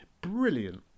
brilliant